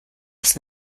das